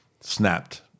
Snapped